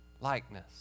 likeness